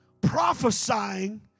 prophesying